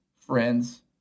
friends